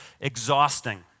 exhausting